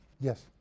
Yes